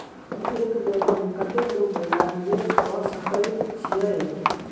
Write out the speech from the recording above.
हम एक बेर मे कतेक रूपया निवेश कऽ सकैत छीयै?